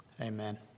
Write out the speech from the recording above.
Amen